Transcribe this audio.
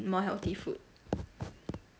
more healthy food